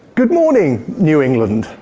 good morning new england.